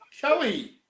Kelly